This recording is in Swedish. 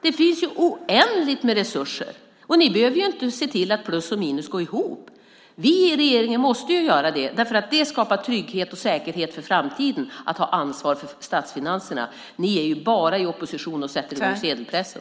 Det finns oändligt med resurser, och ni behöver inte se till att plus och minus går ihop. Men det måste vi i regeringen göra, för att ta ansvar för statsfinanserna skapar trygghet och säkerhet för framtiden. Ni är i opposition och sätter bara i gång sedelpressen.